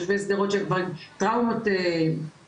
תושבי שדרות שהם עם טראומות כפולות,